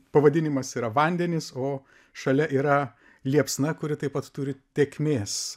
pavadinimas yra vandenys o šalia yra liepsna kuri taip pat turi tėkmės